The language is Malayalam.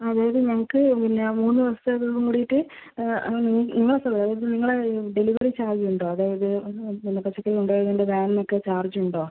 അതായത് ഞങ്ങൾക്ക് പിന്നെ മൂന്ന് ദിവസത്തേതും കൂടിയിട്ട് ആ നിങ്ങളെ അതായത് നിങ്ങളെ ഡെലിവറി ചാർജ് ഉണ്ടോ അതായത് നിങ്ങൾ പച്ചക്കറി കൊണ്ടു വന്നതിൻ്റെ വാനിന് ഒക്കെ ചാർജ് ഉണ്ടോ